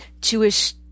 Jewish